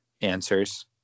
answers